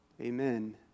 Amen